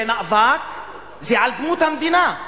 זה על דמות המדינה.